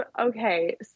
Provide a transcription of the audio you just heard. okay